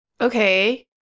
Okay